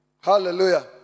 Hallelujah